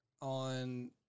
on